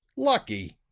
lucky!